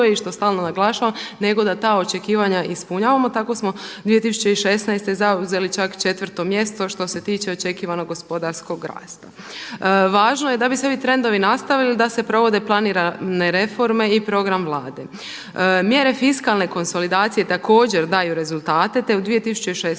i što stalno naglašavam, nego da ta očekivanja ispunjavamo. Tako smo 2016. zauzeli čak četvrto mjesto što se tiče očekivanog gospodarskog rasta. Važno je da bi se ovi trendovi nastavili da se provode planirane reforme i program Vlade. Mjere fiskalne konsolidacije također daju rezultate, te u 2016.